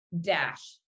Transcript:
dash